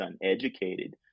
uneducated